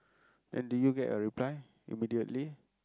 and did you get a reply immediately